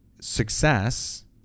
success